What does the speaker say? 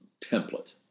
template